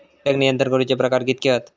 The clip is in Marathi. कीटक नियंत्रण करूचे प्रकार कितके हत?